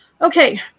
Okay